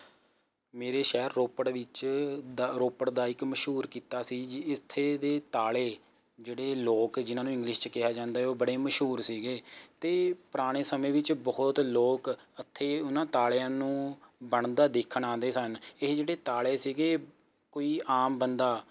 ਮੇਰੇ ਸ਼ਹਿਰ ਰੋਪੜ ਵਿੱਚ ਦਾ ਰੋਪੜ ਦਾ ਇੱਕ ਮਸ਼ਹੂਰ ਕਿੱਤਾ ਸੀ ਜਿ ਇੱਥੇ ਦੇ ਤਾਲੇ ਜਿਹੜੇ ਲੌਕ ਜਿਨ੍ਹਾਂ ਨੂੰ ਇੰਗਲਿਸ਼ 'ਚ ਕਿਹਾ ਜਾਂਦਾ ਹੈ ਉਹ ਬੜੇ ਮਸ਼ਹੂਰ ਸੀਗੇ ਅਤੇ ਪੁਰਾਣੇ ਸਮੇਂ ਵਿੱਚ ਬਹੁਤ ਲੋਕ ਹੱਥੀਂ ਉਨ੍ਹਾਂ ਤਾਲਿਆਂ ਨੂੰ ਬਣਦਾ ਦੇਖਣ ਆਉਂਦੇ ਸਨ ਇਹ ਜਿਹੜੇ ਤਾਲੇ ਸੀਗੇ ਕੋਈ ਆਮ ਬੰਦਾ